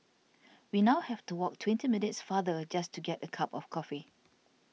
we now have to walk twenty minutes farther just to get a cup of coffee